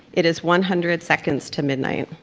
it is one hundred seconds to midnight.